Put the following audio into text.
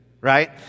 right